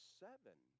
seven